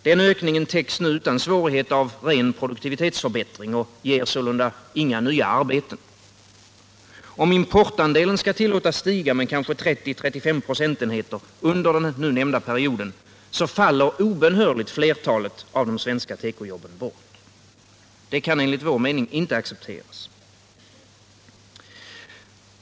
Den ökningen täcks nu utan svårighet av ren produktivitetsförbättring och ger sålunda inga nya arbeten. Om importandelen skall tillåtas stiga med kanske 30-35 procentenheter under den nämnda perioden, faller obönhörligt flertalet av de svenska tekojobben bort. Det kan enligt vår mening inte accepteras.